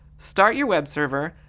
start your web server,